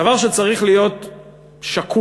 דבר שצריך להיות שקוף,